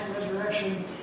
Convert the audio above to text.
resurrection